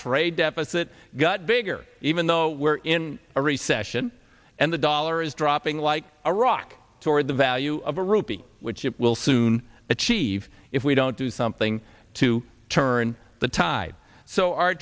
trade deficit got bigger even though we're in a recession and the dollar is dropping like a rock toward the value of a rupee which it will soon achieve if we don't do something to turn the tide so our